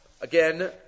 Again